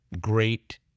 great